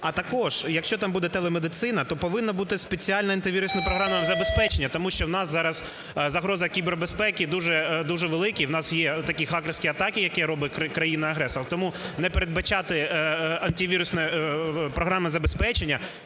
А також, якщо там буде телемедицина, то повинна бути спеціальне антивірусне програмне забезпечення. Тому що у нас зараз загроза кібербезпеки дуже велика, у нас є такі хакерські атаки, які робить країна-агресор. Тому, не передбачати антивірусне програмне забезпечення,